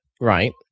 Right